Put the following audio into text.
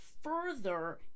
further